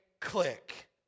click